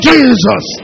Jesus